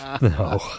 No